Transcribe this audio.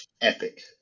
Epic